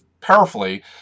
powerfully